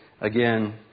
again